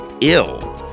ill